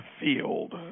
field